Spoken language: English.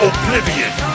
Oblivion